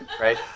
right